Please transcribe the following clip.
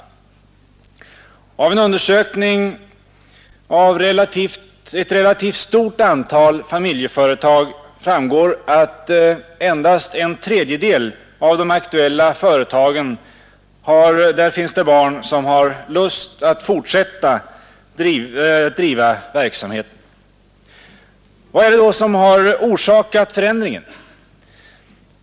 Av en undersökning av ett relativt stort antal familjeföretag framgår att det endast i en tredjedel av de aktuella företagen finns barn som har lust att fortsätta att driva verksamheten. Vad är det då som har orsakat förändringen?